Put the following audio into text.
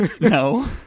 No